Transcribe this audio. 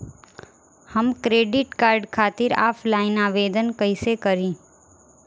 हम credit card खातिर offline आवेदन कइसे करि?